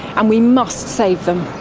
and we must save them.